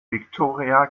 viktoria